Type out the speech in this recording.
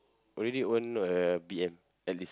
already own a B_M at least